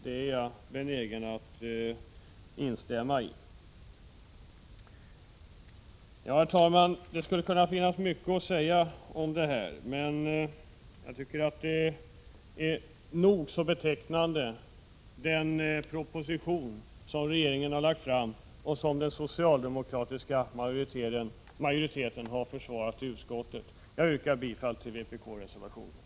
Det är jag benägen att instämma i. Herr talman! Det skulle finnas mycket att säga i detta ärende, men jag tycker att den proposition som regeringen har lagt fram och som den socialdemokratiska majoriteten försvarat i utskottet är nog så betecknande. Jag yrkar bifall till vpk:s reservation.